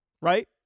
right